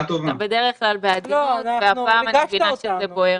הפעם אני מבינה שזה בוער.